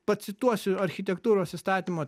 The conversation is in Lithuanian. pacituosiu architektūros įstatymo